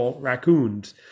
raccoons